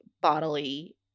bodily